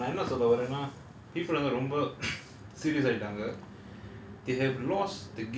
so essentially what is நான் என்ன சொல்ல வேறென்ன:naan enna solla vaerenna people வந்து ரொம்ப:vanthu romba serious ஆய்டாங்க:ayitaanga